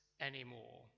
anymore